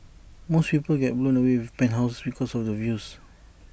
most people get blown away with penthouses because of the views